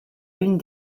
une